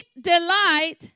delight